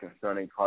concerning